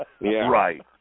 Right